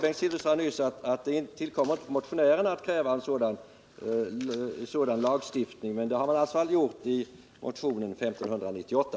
Bengt Silfverstrand sade nyss att det inte tillkommer motionärer att kräva en sådan lagstiftning. Men det har man alltså gjort i motionen 1598.